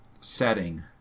setting